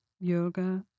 Yoga